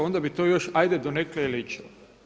Onda bi to još hajde donekle i ličilo.